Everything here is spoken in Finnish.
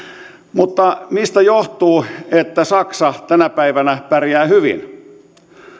mutta mistä johtuu että saksa tänä päivänä pärjää hyvin